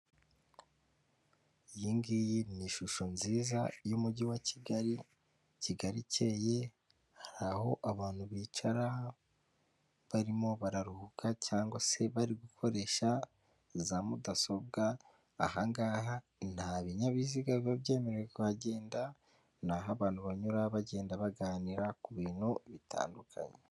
Iyi ngiyi ni ishusho nziza y'umujyi wa kigali kigali ikeye ,hari aho abantu bicara barimo bararuhuka cyagwa se bari gukoresha za mudasobwa ahangaha nta binyabiziga biba byemerewe kuhagenda ,naho abantu banyura bagenda baganira ku bintu bitandukanye.